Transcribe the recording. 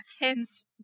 Hence